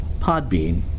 Podbean